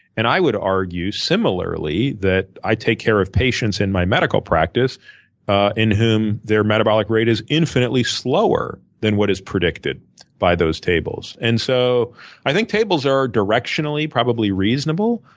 and i would argue similarly that i take care of patients in my medical practice ah in whom their metabolic rate is infinitely slower than what is predicted by those tables. and so i think tables are directionally probably reasonable,